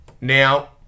Now